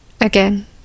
Again